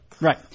Right